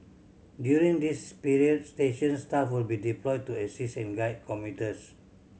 during this period station staff will be deployed to assist and guide commuters